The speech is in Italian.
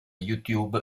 youtube